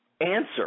answer